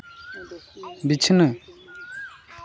ᱵᱤᱪᱷᱱᱟᱹ